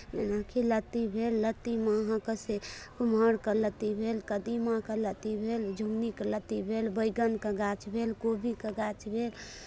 जेनाकि लत्ती भेल लत्तीमे अहाँके से कुम्हरके लत्ती भेल कदीमाके लत्ती भेल झुङनीके लत्ती भेल बैगनके गाछ भेल कोबीके गाछ भेल